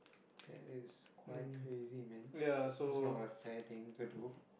that is quite crazy man that's not a fair thing to do